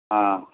ஆ